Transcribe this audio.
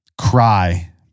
cry